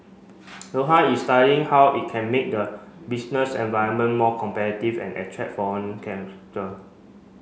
Doha is studying how it can make the business environment more competitive and attract foreign